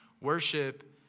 Worship